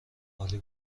عالی